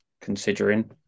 considering